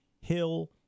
Hill